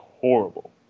horrible